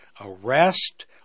arrest